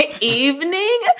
Evening